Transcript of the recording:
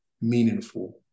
meaningful